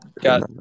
got